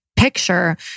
picture